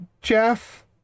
jeff